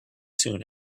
soon